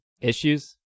issues